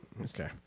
Okay